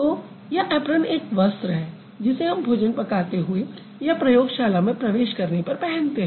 तो यह ऐप्रन एक वस्त्र है जिसे हम भोजन पकाते हुए या प्रयोगशाला में प्रवेश करने पर पहनते हैं